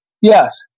yes